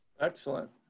Excellent